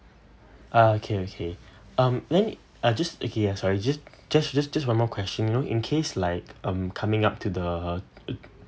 ah okay okay um may I I just okay ah sorry just just just just one more question you know in case like um coming up to the uh